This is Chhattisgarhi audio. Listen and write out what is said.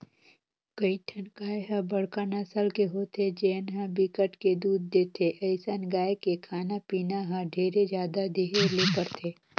कइठन गाय ह बड़का नसल के होथे जेन ह बिकट के दूद देथे, अइसन गाय के खाना पीना ल ढेरे जादा देहे ले परथे